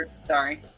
Sorry